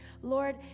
Lord